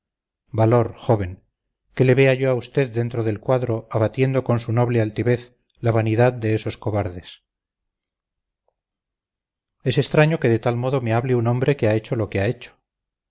valor joven que le vea yo a usted dentro del cuadro abatiendo con su noble altivez la vanidad de esos cobardes es extraño que de tal modo me hable un hombre que ha hecho lo que ha hecho